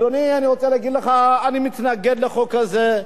אדוני, אני רוצה להגיד לך שאני מתנגד לחוק הזה,